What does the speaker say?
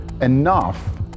enough